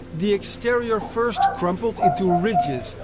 the exterior first crumpled into ridges,